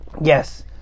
Yes